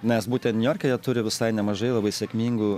nes būtent niujorke jie turi visai nemažai labai sėkmingų